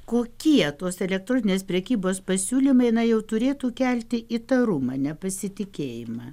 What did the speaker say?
kokie tos elektroninės prekybos pasiūlymai na jau turėtų kelti įtarumą nepasitikėjimą